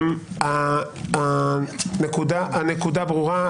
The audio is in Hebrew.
הנקודה ברורה.